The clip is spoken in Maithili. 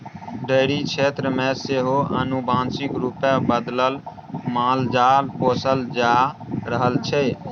डेयरी क्षेत्र मे सेहो आनुवांशिक रूपे बदलल मालजाल पोसल जा रहल छै